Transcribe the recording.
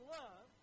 love